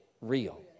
real